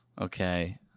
Okay